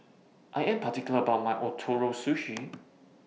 I Am particular about My Ootoro Sushi